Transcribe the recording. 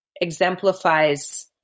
exemplifies